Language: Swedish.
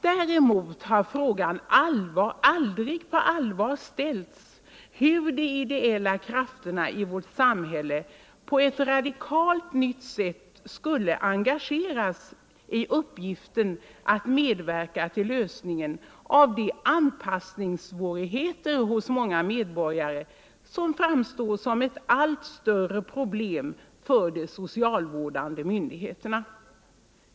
Däremot har man aldrig på allvar ställt frågan hur de ideella krafterna Nr 120 i vårt samhälle: på ett radikalt nytt sätt skulle kunna engageras i uppgiften Onsdagen den att medverka till lösningen av de anpassningssvårigheter hos många med 13 november 1974 borgare som framstår som ett allt större problem för de socialvårdande myndigheterna.